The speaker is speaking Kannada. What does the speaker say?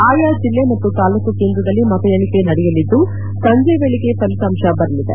ಆಯಾ ಜಿಲ್ಲೆ ಮತ್ತು ತಾಲೂಕು ಕೇಂದ್ರದಲ್ಲಿ ಮತ ಎಣಿಕೆ ನಡೆಯಲಿದ್ದು ಸಂಜೆಯ ವೇಳೆಗೆ ಫಲಿತಾಂಶ ಬರಲಿದೆ